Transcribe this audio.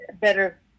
better